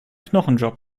knochenjob